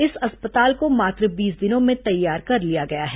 इस अस्पताल को मात्र बीस दिनों में तैयार कर लिया गया है